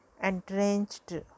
entrenched